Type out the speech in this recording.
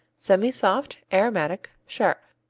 semisoft aromatic sharp.